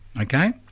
okay